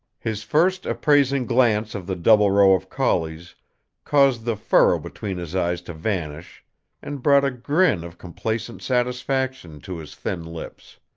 his first appraising glance of the double row of collies caused the furrow between his eyes to vanish and brought a grin of complacent satisfaction to his thin lips.